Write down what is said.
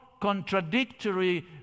contradictory